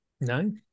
no